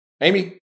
Amy